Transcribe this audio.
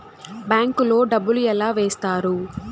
bank లో డబ్బులు ఎలా వేస్తారు